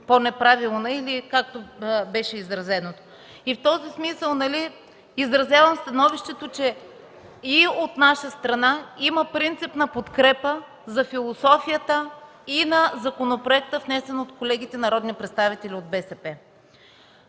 по-неправилен или както беше изразено. В този смисъл изразявам становището, че и от наша страна има принципна подкрепа за философията и на законопроекта, внесен от колегите народни представители от БСП.